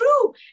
true